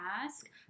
ask